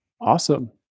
Awesome